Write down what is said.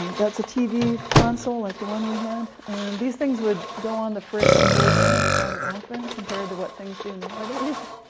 um that's a tv console like the one we had. and these things would go on the fritz and break down rather often, compared to what things do nowadays.